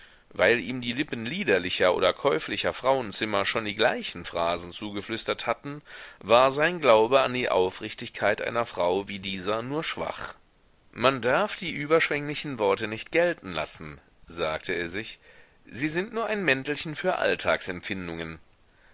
weil ihm die lippen liederlicher oder käuflicher frauenzimmer schon die gleichen phrasen zugeflüstert hatten war sein glaube an die aufrichtigkeit einer frau wie dieser nur schwach man darf die überschwenglichen worte nicht gelten lassen sagte er sich sie sind nur ein mäntelchen für